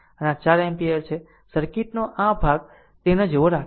અને આ 4 એમ્પીયર છે સર્કિટનો આ ભાગ તેને જેવો રાખે છે